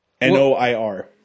N-O-I-R